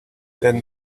then